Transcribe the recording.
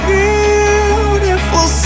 beautiful